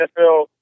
NFL